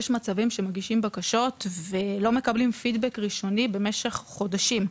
יש מצבים שמגישים בקשות ולא מקבלים פידבק ראשוני במשך חודשים.